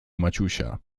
maciusia